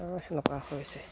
সেনেকুৱা হৈছে